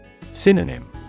Synonym